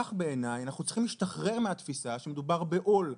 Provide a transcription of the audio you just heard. כך בעיניי אנחנו צריכים להשתחרר מהתפיסה שמדובר בעול,